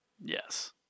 Yes